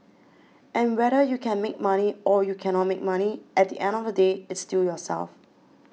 and whether you can make money or you cannot make money at the end of the day it's still yourself